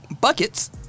Buckets